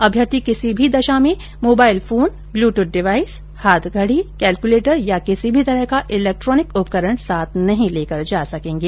अभ्यर्थी किसी भी दशा में मोबाइल फोन ब्लूट्रथ डिवाईस हाथघड़ी केलकूलेटर या किसी भी तरह का इलेक्ट्रॉनिक उपकरण साथ नहीं लेकर जा सकेंगे